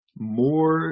More